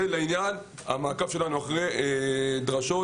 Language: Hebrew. זה לעניין המעקב שלנו אחרי דרשות,